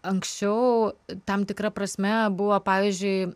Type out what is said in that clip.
anksčiau tam tikra prasme buvo pavyzdžiui